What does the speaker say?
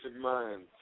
minds